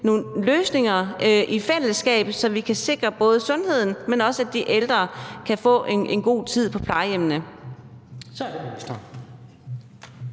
løsninger i fællesskab, så vi kan sikre både sundheden, men også, at de ældre kan få en god tid på plejehjemmene.